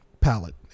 palette